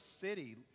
city